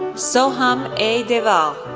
soham a. deval,